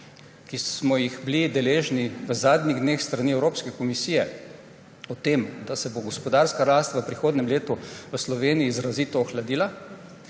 ki smo jih bili deležni v zadnjih dneh s strani Evropske komisije o tem, da se bo gospodarska rast v prihodnjem letu v Sloveniji izrazito ohladila.